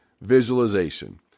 Visualization